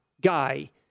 guy